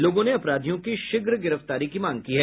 लोगों ने अपराधियों की शीध्र गिरफ्तारी की मांग की है